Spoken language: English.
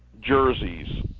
jerseys